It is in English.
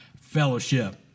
fellowship